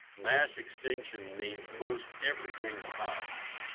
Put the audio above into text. mass extinction means most everything dies.